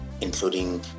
including